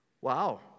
Wow